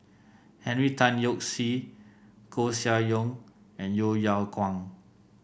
Henry Tan Yoke See Koeh Sia Yong and Yeo Yeow Kwang